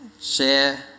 share